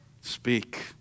Speak